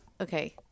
Okay